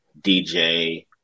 DJ